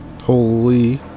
holy